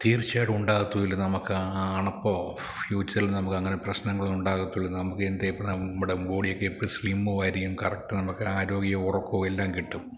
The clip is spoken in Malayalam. തീർച്ചയായിട്ടും ഉണ്ടാവത്തുമില്ല നമുക്ക് ആ അണപ്പോ ഫ്യൂച്ചറിൽ നമുക്ക് അങ്ങനെ പ്രശ്നങ്ങളോ ഉണ്ടാകത്തുമില്ല നമുക്ക് എന്തേ എപ്പോഴും നമ്മുടെ ബോഡിയൊക്കെ എപ്പോഴും സ്ലിമ്മുമായിരിക്കും കറക്റ്റ് നമുക്ക് ആരോഗ്യം ഉറക്കവും എല്ലാം കിട്ടും